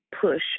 push